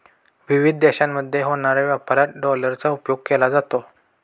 विविध देशांमध्ये होणाऱ्या व्यापारात डॉलरचा उपयोग केला जातो